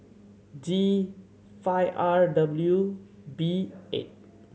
G five R W B eight